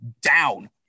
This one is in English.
down